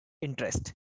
interest